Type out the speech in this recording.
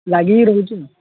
ଲାଗିକି ରହୁଛି ଆଉ